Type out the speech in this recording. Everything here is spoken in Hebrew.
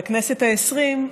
לפחות בכנסת העשרים,